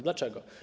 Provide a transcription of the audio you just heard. Dlaczego?